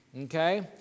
okay